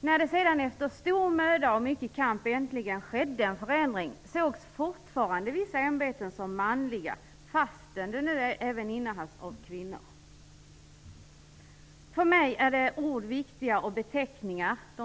När det sedan efter stor möda och mycket kamp äntligen skedde en förändring sågs fortfarande vissa ämbeten som manliga, fastän de även innehades av kvinnor. För mig är ord och beteckningar viktiga.